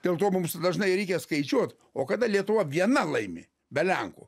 dėl to mums dažnai reikia skaičiuot o kada lietuva viena laimi be lenkų